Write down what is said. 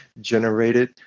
generated